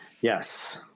Yes